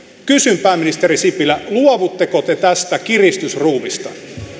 kysyn pääministeri sipilä luovutteko te tästä kiristysruuvista